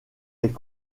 est